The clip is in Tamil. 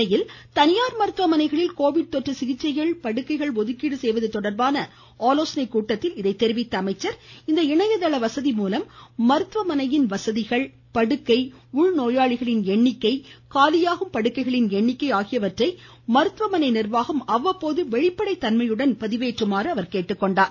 சென்னையில் தனியார் மருத்துவமனைகளில் கோவிட் தொற்று சிகிச்சைகள் படுக்கைகள் ஒதுக்கீடு செய்வது தொடா்பான ஆலோசனைக்கூட்டத்தில் இதை தெரிவித்த அவர் இந்த இணையதள வசதி மூலம் மருத்துவமனையில் உள்ள வசதிகள் படுக்கை உள்நோயாளிகளின் எண்ணிக்கை காலியாகும் படுக்கைகளின் எண்ணிக்கை ஆகியவற்றை மருத்துவமனை நிர்வாகம் அவ்வப்போது வெளிப்படை தண்மையுடன் பதிவேற்றுமாறு கேட்டுக்கொண்டார்